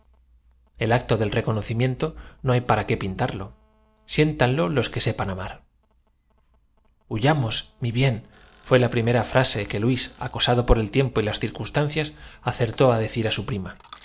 el acto del reconocimiento no hay para qué pintar un desprendimiento del terreno les había cortado lo siéntanlo los que sepan amar la retirada muyamos mi bienfué la primera frase que luís acosado por el tiempo y las circunstancias acertó á decir á su prima